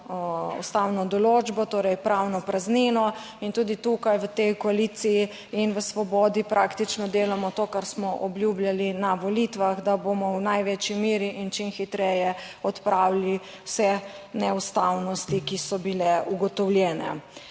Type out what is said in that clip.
ustavno določbo, torej pravno praznino. In tudi tukaj v tej koaliciji in v Svobodi praktično delamo to, kar smo obljubljali na volitvah, da bomo v največji meri in čim hitreje odpravili vse neustavnosti, ki so bile ugotovljene.